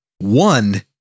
One